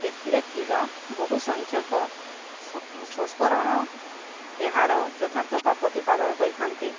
ଏଥିରେ ଥିବା ବହୁ ସଂଖ୍ୟକ ସଂସ୍କରଣ ଏହାର ଯଥାର୍ଥତା ପ୍ରତିପାଦନ କରଥାନ୍ତି